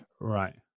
Right